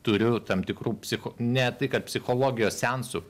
turiu tam tikrų psicho ne tai kad psichologijos seansų